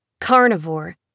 carnivore